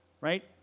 right